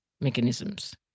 mechanisms